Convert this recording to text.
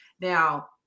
Now